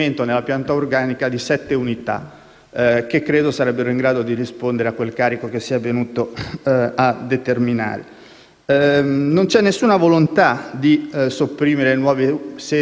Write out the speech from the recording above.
che credo sarebbero in grado di rispondere al carico che si è venuto a determinare. Non c'è alcuna volontà di sopprimere nuove sedi di uffici di primo grado